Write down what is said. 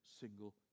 single